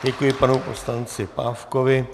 Děkuji panu poslanci Pávkovi.